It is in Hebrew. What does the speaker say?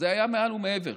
זה היה מעל ומעבר.